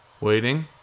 Waiting